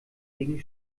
gegen